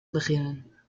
beginnen